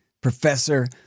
professor